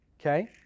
Okay